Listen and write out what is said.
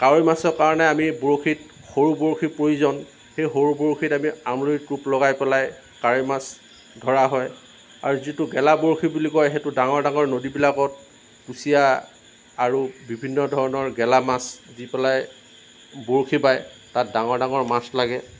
কাৱৈ মাছৰ কাৰণে আমি বৰশীত সৰু বৰশীৰ প্ৰয়োজন সেই সৰু বৰশীত আমি আমলৰি টোপ লগাই পেলাই কাৱৈ মাছ ধৰা হয় আৰু যিটো গেলা বৰশী বুলি কয় সেইটো ডাঙৰ ডাঙৰ নদীবিলাকত কুচিয়া আৰু বিভিন্ন ধৰণৰ গেলা মাছ দি পেলাই বৰশী বাই তাত ডাঙৰ ডাঙৰ মাছ লাগে